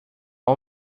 har